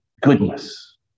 goodness